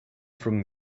from